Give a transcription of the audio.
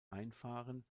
einfahren